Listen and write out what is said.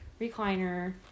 recliner